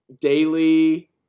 daily